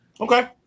Okay